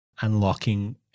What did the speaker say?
unlocking